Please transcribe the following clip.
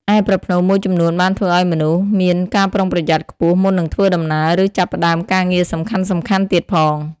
ឯប្រផ្នូលមួយចំនួនបានធ្វើឲ្យមនុស្សមានការប្រុងប្រយ័ត្នខ្ពស់មុននឹងធ្វើដំណើរ ឬចាប់ផ្តើមការងារសំខាន់ៗទៀតផង។